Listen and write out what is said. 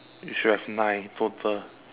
you should have nine total